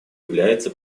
является